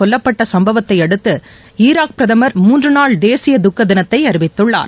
கொல்லப்பட்ட சும்பவத்தையடுத்து ஈராக் பிரதமர் மூன்று நாள் தேசிய துக்க தினத்தை அறிவித்துள்ளார்